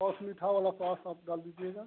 sauce मीठा वाला sauce आप डाल दीजिएगा